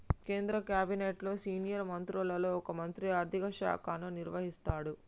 కేంద్ర క్యాబినెట్లో సీనియర్ మంత్రులలో ఒక మంత్రి ఆర్థిక శాఖను నిర్వహిస్తాడు